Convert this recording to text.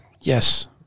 Yes